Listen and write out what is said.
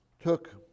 took